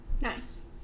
Nice